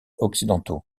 occidentaux